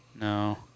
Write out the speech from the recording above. No